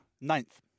ninth